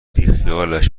بیخیالش